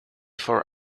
for